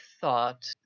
thought